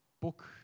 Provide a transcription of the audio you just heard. book